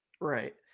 Right